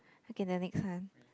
okay the next one